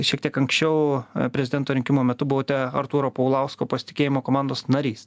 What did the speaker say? šiek tiek anksčiau prezidento rinkimų metu buvote artūro paulausko pasitikėjimo komandos narys